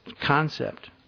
concept